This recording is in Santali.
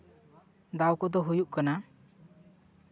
ᱫᱟᱣ ᱠᱚᱫᱚ ᱦᱩᱭᱩᱜ ᱠᱟᱱᱟ